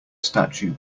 statue